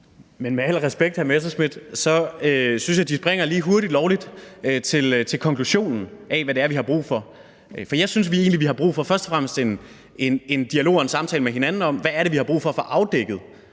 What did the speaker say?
jeg sige til hr. Morten Messerschmidt, at jeg synes, at De springer lige lovlig hurtigt til konklusionen på, hvad det er, vi har brug for. For jeg synes egentlig, vi først og fremmest har brug for en dialog og en samtale med hinanden om, hvad det er, vi har brug for at få afdækket.